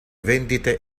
vendite